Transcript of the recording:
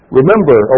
Remember